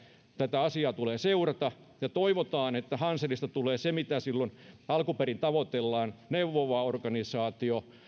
tätä asiaa tulee seurata ja toivotaan että hanselista tulee se mitä silloin alun perin tavoiteltiin neuvova organisaatio